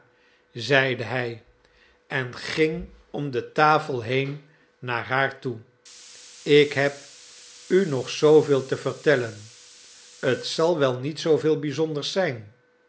zeide hij en ging om de tafel heen naar haar toe ik heb u nog zooveel te vertellen t zal wel niet veel bizonders zijn